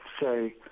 say